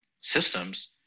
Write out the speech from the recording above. systems